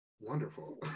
wonderful